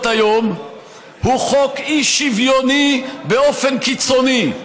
היום הוא חוק אי-שוויוני באופן קיצוני,